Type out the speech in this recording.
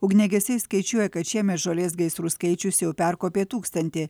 ugniagesiai skaičiuoja kad šiemet žolės gaisrų skaičius jau perkopė tūkstantį